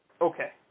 Okay